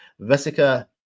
vesica